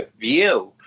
view